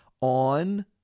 on